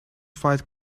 fight